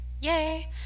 Yay